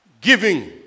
giving